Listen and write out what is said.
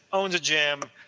owns a gym,